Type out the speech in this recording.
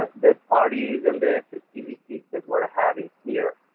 the parties and the festivities that we're ah having here.